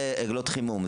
זה עגלות חימום,